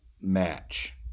match